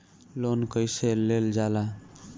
Loan कईसे लेल जाला?